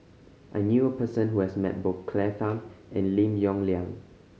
I knew a person who has met both Claire Tham and Lim Yong Liang